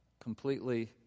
completely